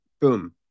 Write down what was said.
boom